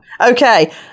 Okay